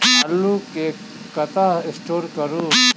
आलु केँ कतह स्टोर करू?